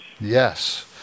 Yes